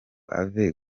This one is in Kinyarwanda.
ave